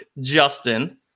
Justin